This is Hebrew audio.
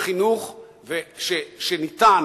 החינוך שניתן,